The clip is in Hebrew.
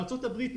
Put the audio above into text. בארצות הברית,